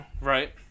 right